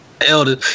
elder